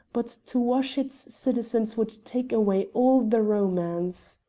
but to wash its citizens would take away all the romance!